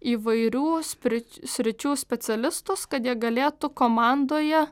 įvairių spri sričių specialistus kad jie galėtų komandoje